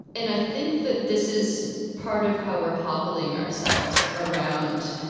and i think that this is part of how we're hobbling ourselves around,